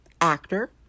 actor